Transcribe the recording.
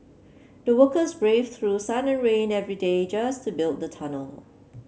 the workers braved through sun and rain every day just to build the tunnel